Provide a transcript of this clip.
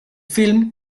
film